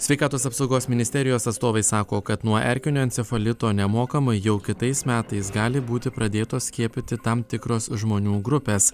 sveikatos apsaugos ministerijos atstovai sako kad nuo erkinio encefalito nemokamai jau kitais metais gali būti pradėtos skiepyti tam tikros žmonių grupės